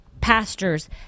pastors